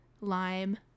Lime